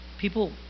people